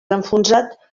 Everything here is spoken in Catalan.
enfonsat